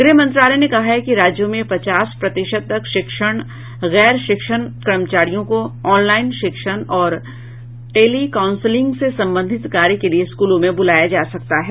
गृह मंत्रालय ने कहा है कि राज्यों में पचास प्रतिशत तक शिक्षण गैर शिक्षण कर्मचारियों को ऑनलाइन शिक्षण और टेलीकाउंसिलिंग से संबंधित कार्य के लिये स्कूलों में बुलाया जा सकता है